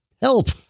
Help